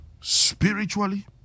spiritually